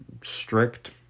strict